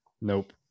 nope